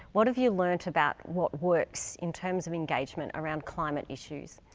what have you learnt about what works in terms of engagement around climate issues?